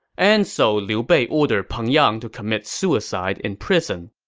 and so liu bei ordered peng yang to commit suicide in prison